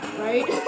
right